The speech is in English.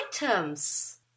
items